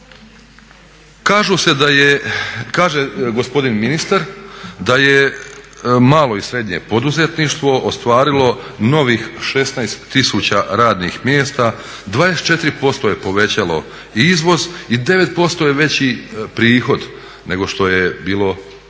Kaže gospodin ministar da je malo i srednje poduzetništvo ostvarilo novih 16 tisuća radnih mjesta, 24% je povećalo izvoz i 9% je veći prihod nego što je bilo ranije.